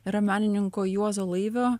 yra menininko juozo laivio